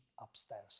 upstairs